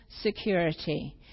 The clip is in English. security